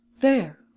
There